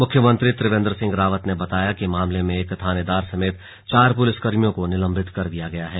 मुख्यमंत्री त्रिवेंद्र सिंह रावत ने बताया कि मामले में एक थानेदार समेत चार पुलिसकर्मियों को निलंबित कर दिया है